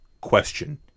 question